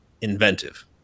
inventive